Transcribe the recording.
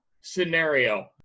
scenario